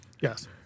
Yes